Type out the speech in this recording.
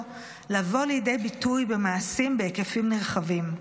לבוא לידי ביטוי במעשים בהיקפים נרחבים.